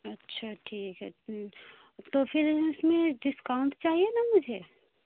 اچھا ٹھیک ہے تو پھر اس میں ڈسکاؤنٹ چاہیے نا مجھے